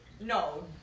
No